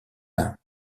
lin